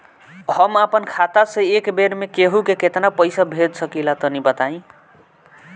हम आपन खाता से एक बेर मे केंहू के केतना पईसा भेज सकिला तनि बताईं?